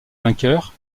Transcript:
vainqueur